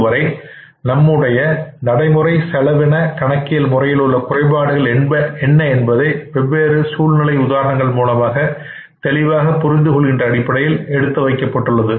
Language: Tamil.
இதுவரை நம்முடைய நடைமுறை செலவின கணக்கியல் முறையில் உள்ள குறைபாடுகள் என்ன என்பதை வெவ்வேறு சூழ்நிலை உதாரணங்கள் மூலமாக தெளிவாக புரிந்து கொள்கின்ற அடிப்படையில் எடுத்து வைக்கப்பட்டுள்ளது